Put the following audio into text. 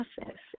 process